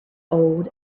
old